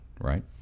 right